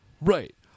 Right